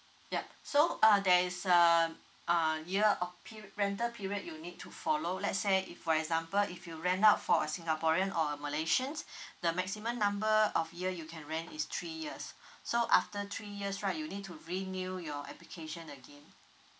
yup so uh there is uh uh year of period rental period you'll need to follow let's say if for example if you rent out for a singaporean or a malaysian the maximum number of year you can rent is three years so after three years right you'll need to renew your application again